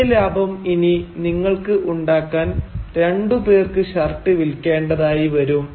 ഇതേ ലാഭം ഇനി നിങ്ങൾക്ക് ഉണ്ടാക്കാൻ രണ്ടു പേർക്ക് ഷർട്ട് വിൽക്കേണ്ടതായി വരും